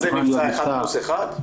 זה מבצע אחד פלוס אחד?